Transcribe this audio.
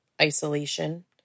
isolation